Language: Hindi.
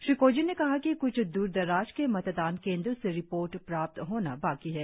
श्री कोजीन ने कहा कि कृछ द्रदराज के मतदान केंद्रों से रिपोर्ट प्राप्त होना बाकी है